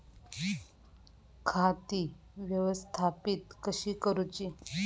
खाती व्यवस्थापित कशी करूची?